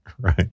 right